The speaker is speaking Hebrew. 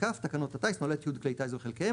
- תקנות הטיס (נוהלי תיעוד כלי טיס וחלקיהם),